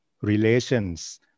relations